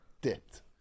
Dipped